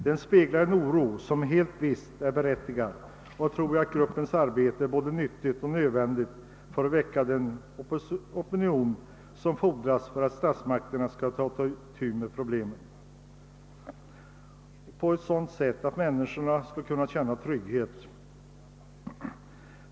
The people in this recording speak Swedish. Den speglar en oro som helt visst är berättigad, och jag tror att gruppens arbete är både nyttigt och nödvändigt för att väcka den opinion som fordras för att statsmakterna skall ta itu med problemen på ett sådant sätt att människorna skall kunna känna trygghet.